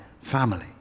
family